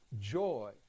joy